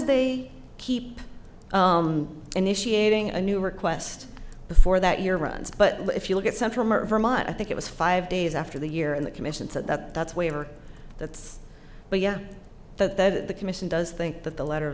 they keep initiating a new request before that year runs but if you look at some former vermont i think it was five days after the year and the commission said that's waiver that's but yeah but that the commission does think that the letter of